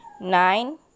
Nine